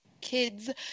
kids